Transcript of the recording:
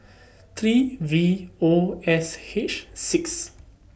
three V O S H six